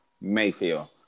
Mayfield